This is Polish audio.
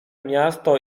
miasto